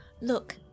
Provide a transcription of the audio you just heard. look